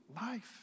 life